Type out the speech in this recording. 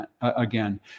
again